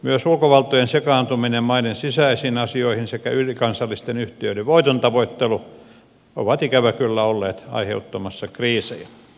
myös ulkovaltojen sekaantuminen maiden sisäisiin asioihin sekä ylikansallisten yhtiöiden voitontavoittelu ovat ikävä kyllä olleet aiheuttamassa kriisejä